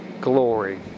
Glory